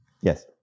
Yes